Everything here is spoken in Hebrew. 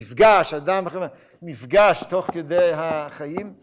מפגש אדם מפגש תוך כדי החיים